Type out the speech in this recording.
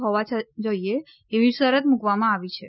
હોવા જોઇએ એવી શરત મુકવામાં આવી છે